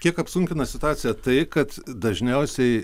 kiek apsunkina situaciją tai kad dažniausiai